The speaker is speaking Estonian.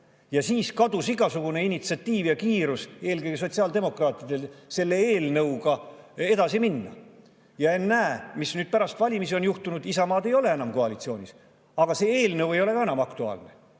ja siis kadus igasugune initsiatiiv ja kiirus, eelkõige sotsiaaldemokraatidel, selle eelnõuga edasi minna. Ja ennäe, mis nüüd pärast valimisi on juhtunud – Isamaa ei ole enam koalitsioonis. See eelnõu ei ole ka enam aktuaalne,